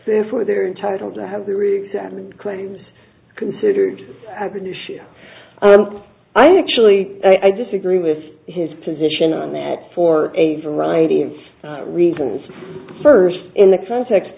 issues for they're entitled to have the reexamined claims considered i actually i disagree with his position on that for a variety of reasons first in the context